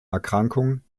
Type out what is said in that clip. erkrankung